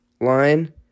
line